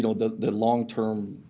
the long-term,